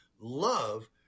love